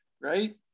right